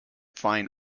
fine